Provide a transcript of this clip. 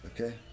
Okay